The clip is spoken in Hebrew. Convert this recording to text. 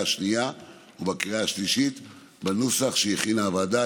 השנייה ובקריאה השלישית בנוסח שהכינה הוועדה.